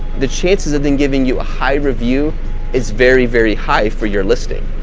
the chances have been giving you a high review is very, very, high for your listing.